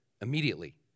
Immediately